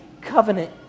covenant